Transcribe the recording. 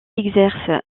exerce